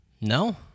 no